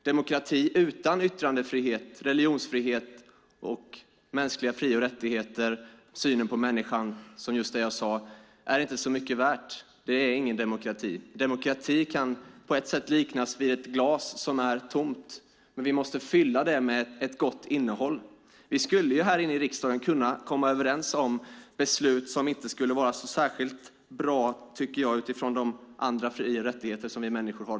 Demokrati utan yttrandefrihet, religionsfrihet och mänskliga fri och rättigheter och den syn på människan som jag talade om är inte så mycket värd. Det är ingen demokrati. Demokrati kan på ett sätt liknas vid ett glas som är tomt. Vi måste fylla det med ett gott innehåll. Här inne i riksdagen skulle vi kunna komma överens om beslut som inte skulle vara särskilt bra utifrån de fri och rättigheter som vi människor har.